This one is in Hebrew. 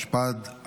תודה.